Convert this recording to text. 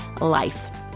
life